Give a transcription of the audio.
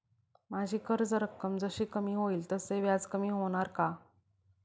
माझी कर्ज रक्कम जशी कमी होईल तसे व्याज कमी होणार का?